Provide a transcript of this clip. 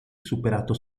superato